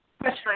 question